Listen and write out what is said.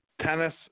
Tennis